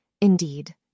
Indeed